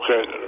Okay